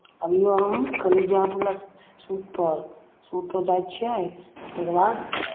आब लियौ अहाँ कहली जायब शूटपर शूटपर जाइ छियै तकर बाद